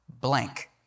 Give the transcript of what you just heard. blank